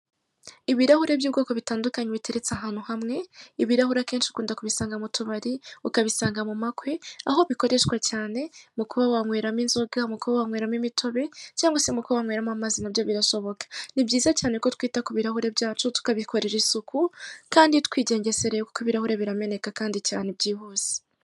Abantu babiri harimo umutwazi w'ipikipiki wambaye ingofero ndinda mpanuka y'icyatsi, ariguhereza igicuruzwa umuntu usa nkaho arumukiriya cyiriho ikirango cyitwa safi rani imbere yabo hari ipikipiki ifunguye agasanduku inyuma kandi nako kariho ikimenyetso cya safirani inyuma yabo hari ibimera.